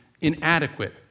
inadequate